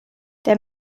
der